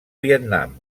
vietnam